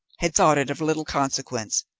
had thought it of little consequence,